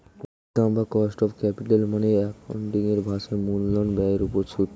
পুঁজির দাম বা কস্ট অফ ক্যাপিটাল মানে অ্যাকাউন্টিং এর ভাষায় মূলধন ব্যয়ের উপর সুদ